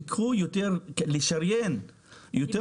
לשריין יותר תקציבים.